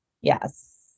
Yes